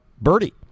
birdie